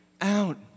out